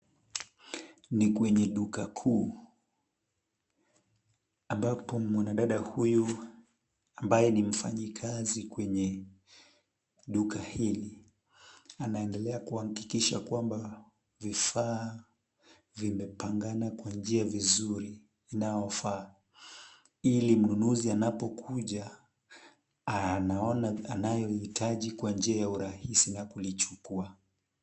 Ni kwenye duka kuu ambapo mwanadada huyu ambaye ni mfanyikazi kwenye duka hili anaendelea kuhakikisha kwamba vifaa vimepangana kwa njia nzuri inayofaa, ili mnunuzi anapokuja anaona anayohitaji kwa njia ya urahisi na kulichukua.